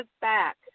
back